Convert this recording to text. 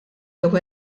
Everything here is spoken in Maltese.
jew